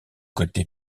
côté